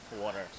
water